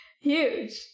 Huge